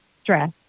stress